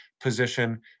position